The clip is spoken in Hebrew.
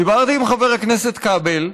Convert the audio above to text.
דיברתי עם חבר הכנסת כבל,